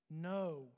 No